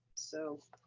so